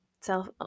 self